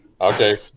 Okay